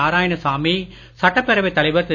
நாராயணசாமி சட்டப்பேரவைத் தலைவர் திரு